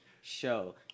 show